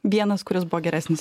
vienas kuris buvo geresnis